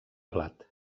blat